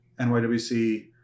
NYWC